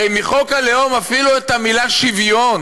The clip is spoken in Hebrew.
הרי בחוק הלאום אפילו את המילה "שוויון"